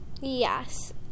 Yes